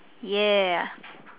ya